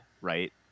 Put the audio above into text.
right